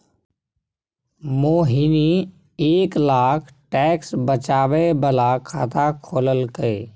मोहिनी एक लाख टैक्स बचाबै बला खाता खोललकै